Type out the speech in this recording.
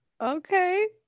Okay